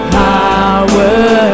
power